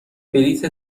بلیت